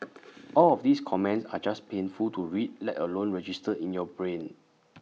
all of these comments are just painful to read let alone register in your brain